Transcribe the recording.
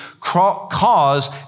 cause